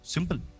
Simple